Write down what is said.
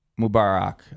Mubarak